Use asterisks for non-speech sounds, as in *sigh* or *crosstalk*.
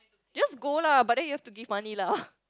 just go lah but then you have to give money lah *laughs*